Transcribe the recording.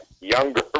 younger